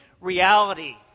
reality